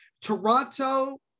Toronto